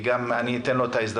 שנמצאים בזום,